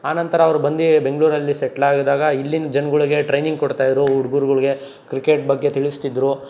ಆನಂತರ ಅವರು ಬಂದು ಬೆಂಗಳೂರಲ್ಲಿ ಸೆಟ್ಲ್ ಆಗ್ದಾಗ ಇಲ್ಲಿನ ಜನಗಳ್ಗೆ ಟ್ರೈನಿಂಗ್ ಕೊಡ್ತಾ ಇದ್ದರು ಹುಡ್ಗುರ್ಗಳ್ಗೆ ಕ್ರಿಕೆಟ್ ಬಗ್ಗೆ ತಿಳಿಸ್ತಿದ್ರು